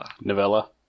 Novella